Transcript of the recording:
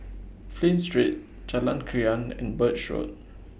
Flint Street Jalan Krian and Birch Road